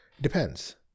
depends